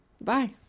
Bye